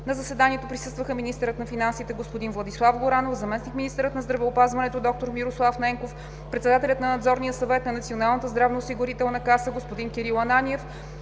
На заседанието присъстваха министърът на финансите господин Владислав Горанов, заместник-министърът на здравеопазването д-р Мирослав Ненков, председателят на Надзорния съвет на Националната здравноосигурителна каса, господин Кирил Ананиев,